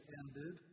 ended